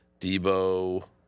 Debo